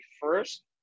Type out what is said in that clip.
first